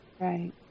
Right